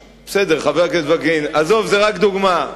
בסדר, חבר הכנסת וקנין, עזוב, זאת רק דוגמה.